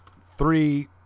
Three